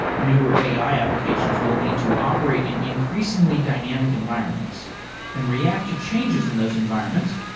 newer ai applications will need to operate in increasingly dynamic environments and react to changes in those environments,